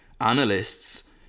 analysts